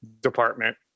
department